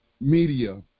media